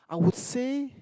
I would say